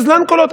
גזלן קולות,